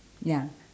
ya